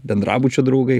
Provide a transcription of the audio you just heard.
bendrabučio draugai